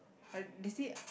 I is it